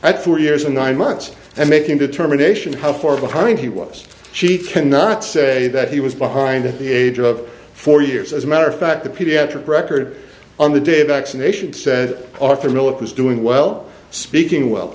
at four years and nine months and making determination how far behind he was she cannot say that he was behind at the age of four years as a matter of fact the pediatric record on the day of vaccination said arthur miller was doing well speaking well